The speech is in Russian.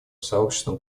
сообществом